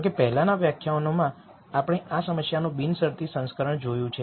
જો કે પહેલાનાં વ્યાખ્યાનોમાં આપણે આ સમસ્યાનું બિનશરતી સંસ્કરણ જોયું છે